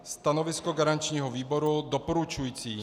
Stanovisko garančního výboru je doporučující.